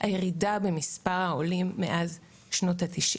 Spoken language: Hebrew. הירידה במספר העולים מאז שנות ה-90',